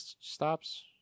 stops